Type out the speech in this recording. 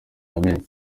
yamenye